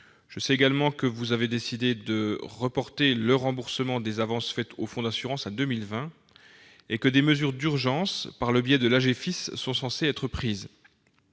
Je sais également que vous avez décidé de reporter le remboursement des avances opérées au fonds d'assurance à 2020 et que des mesures d'urgence sont censées être prises